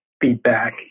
feedback